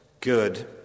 good